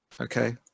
okay